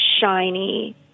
shiny